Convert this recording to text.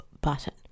button